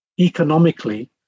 economically